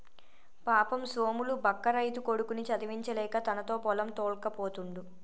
పాపం సోములు బక్క రైతు కొడుకుని చదివించలేక తనతో పొలం తోల్కపోతుండు